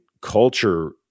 culture